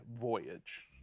voyage